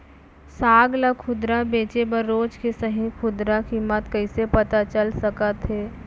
साग ला खुदरा बेचे बर रोज के सही खुदरा किम्मत कइसे पता चल सकत हे?